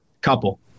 Couple